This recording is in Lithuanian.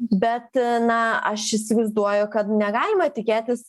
bet na aš įsivaizduoju kad negalima tikėtis